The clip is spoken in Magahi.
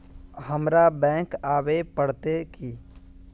हमरा बैंक आवे पड़ते की?